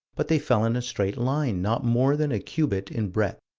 but they fell in a straight line, not more than a cubit in breadth.